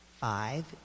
Five